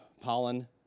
pollen